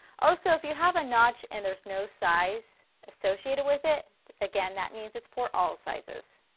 also if you have a notch and there's no size associated with it again that means it's for all sizes.